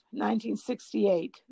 1968